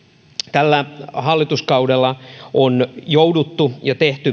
tällä hallituskaudella on jouduttu tekemään ja on tehty